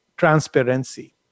transparency